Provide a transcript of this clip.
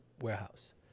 Warehouse